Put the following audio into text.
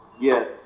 Yes